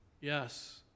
Yes